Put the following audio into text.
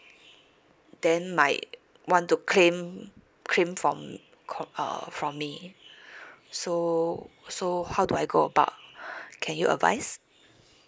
then might want to claim claim from com~ uh from me so so how do I go about can you advice